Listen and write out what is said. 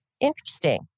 Interesting